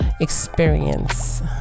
experience